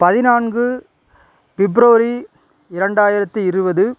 பதினான்கு பிப்ரவரி இரண்டாயிரத்து இருபது